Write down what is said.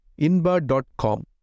inbar.com